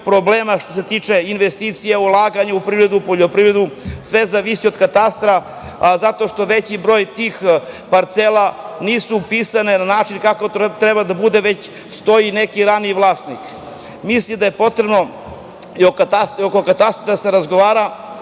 problema što se tiče investicija, ulaganja u privredu, u poljoprivredu, sve zavisi od katastra zato što veći broj tih parcela nisu upisane na način kako to treba da bude, već stoji neki raniji vlasnik. Mislim da je potrebno i u katastru i oko katastra